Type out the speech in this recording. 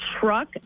truck